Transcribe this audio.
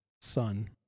son